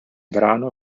brano